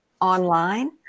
online